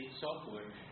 software